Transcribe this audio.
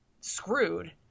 screwed